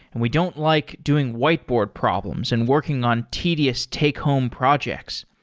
and we don't like doing whiteboard problems and working on tedious take home projects.